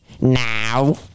Now